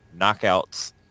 knockouts